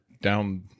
down